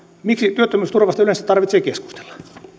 miksi työttömyysturvasta yleensä tarvitsee keskustella